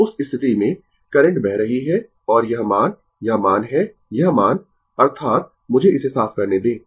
तो उस स्थिति में करंट बह रही है और यह मान यह मान है यह मान अर्थात मुझे इसे साफ करने दें